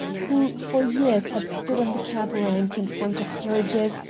who for years had stood on the cab-rank in front of gerridge's,